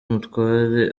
umutware